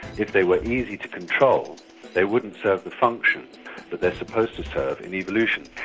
if they were easy to control they wouldn't serve the function that they're supposed to serve in evolution.